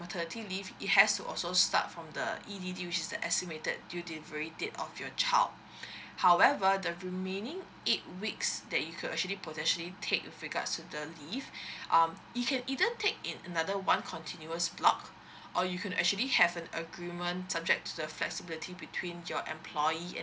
maternity leave it has also start from the E_D_D which is the estimated due delivery date of your child however the remaining eight weeks that you could actually potentially take with regards to the leave um you can either take in another one continuous block or you could actually have an agreement subject to the flexibility between your employee